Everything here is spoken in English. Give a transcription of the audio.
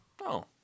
No